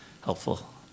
helpful